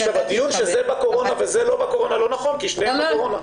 אבל --- הדיון שזה בקורונה וזה לא בקורונה לא נכון כי שניהם בקורונה.